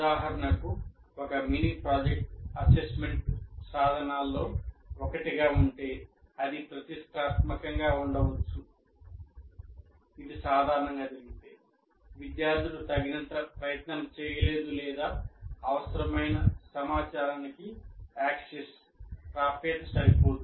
ఉదాహరణకు ఒక mini project assessment సాధనాల్లో ఒకటిగా ఉంటే అది ప్రతిష్టాత్మకంగా ఉండవచ్చు సరిపోదు